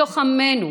בתוך עמנו,